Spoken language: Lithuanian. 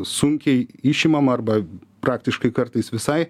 sunkiai išimama arba praktiškai kartais visai